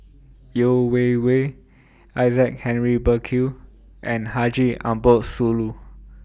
Yeo Wei Wei Isaac Henry Burkill and Haji Ambo Sooloh